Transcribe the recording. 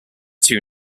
two